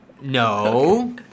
no